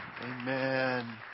Amen